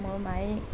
মোৰ মায়ে